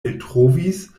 eltrovis